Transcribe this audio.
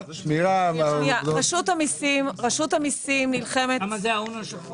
רשות המיסים נלחמת בהון השחור